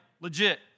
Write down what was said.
legit